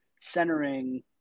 centering